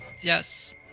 Yes